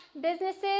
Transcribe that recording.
Businesses